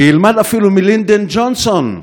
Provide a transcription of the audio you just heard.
שילמד אפילו מלינדון ג'ונסון.